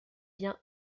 bien